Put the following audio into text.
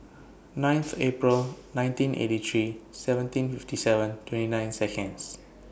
ninth April nineteen eighty three seventeen fifty seven twenty nine Seconds